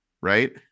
right